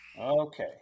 Okay